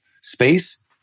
space